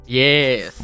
yes